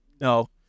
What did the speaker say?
no